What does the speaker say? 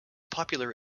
popular